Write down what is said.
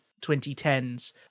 2010s